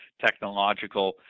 technological